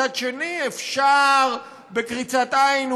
מצד שני אפשר בקריצת עין,